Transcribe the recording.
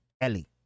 Ellie